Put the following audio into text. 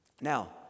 Now